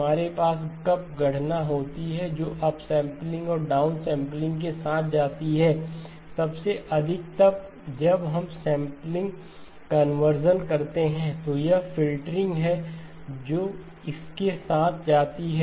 हमारे पास कब गणना होती है जो अपसेंपलिंग और डाउनसैंपलिंग के साथ जाती है सबसे अधिक तब जब हम सेंपलिंग कन्वर्जन करते हैं तो यह फ़िल्टरिंग है जो इसके साथ जाती है